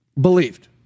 believed